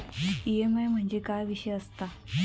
EMI म्हणजे काय विषय आसता?